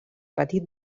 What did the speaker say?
petit